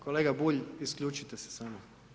Kolega Bulj, isključite se samo.